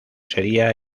sería